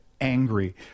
angry